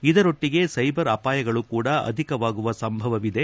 ಇದರೊಟ್ಟಗೆ cyber ಅಪಾಯಗಳು ಕೂಡ ಅಧಿಕವಾಗುವ ಸಂಭವ ಇದೆ